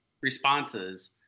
responses